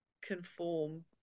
conform